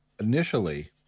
initially